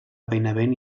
benevent